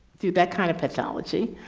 through that kind of pathology.